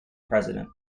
president